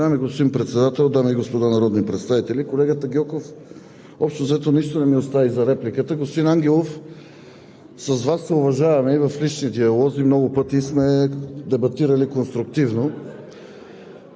Уважаеми господин Председател, дами и господа народни представители! Колегата Гьоков, общо взето нищо не ми остави за репликата. Господин Ангелов, с Вас се уважаваме и в лични диалози много пъти сме дебатирали конструктивно.